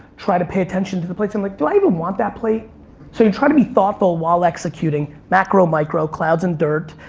try to pay attention to the plates. i'm like, do i even want that plate? so, you try to be thoughtful while executing. macro, micro, clouds and dirt.